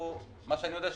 ממה שאני יודע,